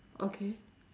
okay